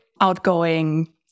outgoing